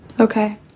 Okay